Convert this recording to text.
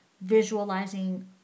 visualizing